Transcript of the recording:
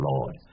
Lord